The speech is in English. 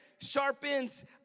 sharpens